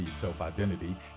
self-identity